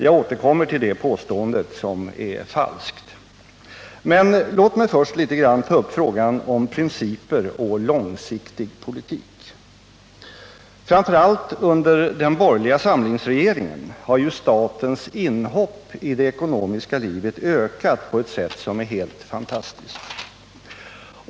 Jag återkommer till det påståendet, som är falskt. Men låt mig först ta upp frågan om principer och långsiktig politik. Framför allt under den borgerliga samlingsregeringen har ju statens inhopp i det ekonomiska livet ökat på ett sätt som är helt fantastiskt.